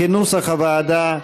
כנוסח הוועדה,